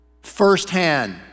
firsthand